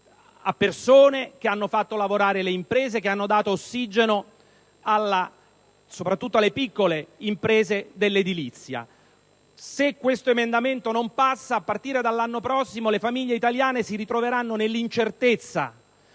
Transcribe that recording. persone, hanno fatto lavorare le imprese, hanno dato insomma ossigeno, soprattutto alle piccole imprese dell'edilizia. Se l'emendamento 2.15 non viene approvato, a partire dall'anno prossimo le famiglie italiane si ritroveranno nell'incertezza